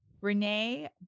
Renee